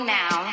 now